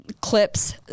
clips